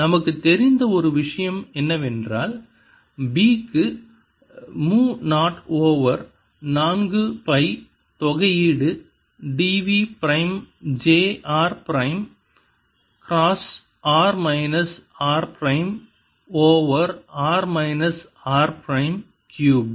நமக்குத் தெரிந்த ஒரு விஷயம் என்னவென்றால் B க்கு மு 0 ஓவர் நான்கு பை தொகையீடு d v prime j r prime cross r minus r prime over r minus r prime cube